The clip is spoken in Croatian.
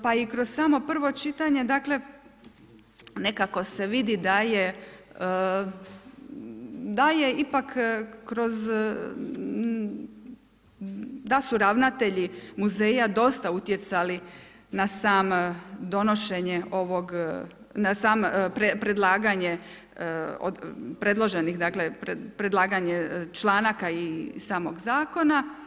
Pa i kroz samo prvo čitanje dakle nekako se vidi da je ipak kroz, da su ravnatelji muzeja dosta utjecali na sam, donošenje ovog, na samo predlaganje, predloženih, dakle predlaganje članaka i samog zakona.